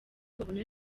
babona